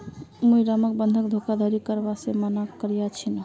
मुई रामक बंधक धोखाधड़ी करवा से माना कर्या छीनु